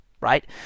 right